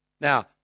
Now